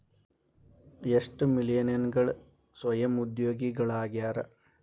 ಎಷ್ಟ ಮಿಲೇನಿಯಲ್ಗಳ ಸ್ವಯಂ ಉದ್ಯೋಗಿಗಳಾಗ್ಯಾರ